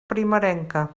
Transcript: primerenca